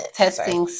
testing